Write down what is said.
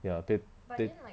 ya tast~ tast~